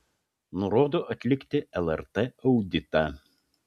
nurodo atlikti lrt auditą